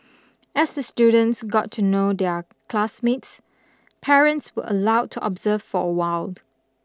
as the students got to know their classmates parents were allowed to observe for a while